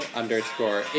underscore